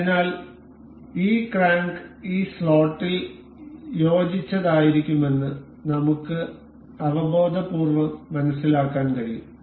അതിനാൽ ഈ ക്രാങ്ക് ഈ സ്ലോട്ടിൽ യോജിച്ചതായിരിക്കുമെന്ന് നമുക്ക് അവബോധപൂർവ്വം മനസ്സിലാക്കാൻ കഴിയും